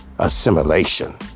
Assimilation